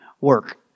work